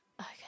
Okay